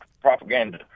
propaganda